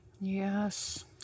yes